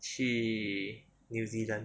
去 new zealand new zealand 那里